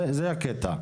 זה הקטע.